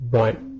right